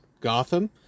Gotham